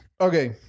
Okay